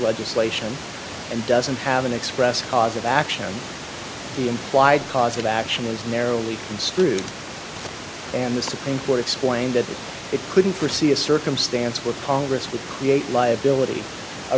legislation and doesn't have an express cause of action the implied cause of action is narrowly construed and the supreme court explained that it couldn't proceed a circumstance where congress would create liability a